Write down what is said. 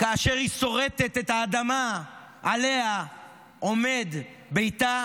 כאשר היא שורטת את האדמה שעליה עומד ביתה,